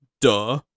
Duh